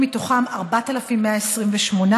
4,128,